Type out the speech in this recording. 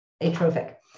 atrophic